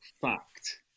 fact